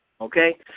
okay